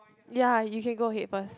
ya you can go ahead first